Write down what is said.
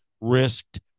risked